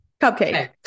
cupcake